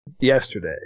yesterday